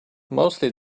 mostly